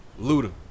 Luda